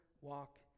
walk